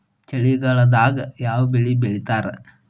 ಚಳಿಗಾಲದಾಗ್ ಯಾವ್ ಬೆಳಿ ಬೆಳಿತಾರ?